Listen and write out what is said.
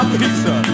pizza